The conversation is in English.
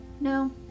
No